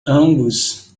ambos